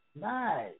Nice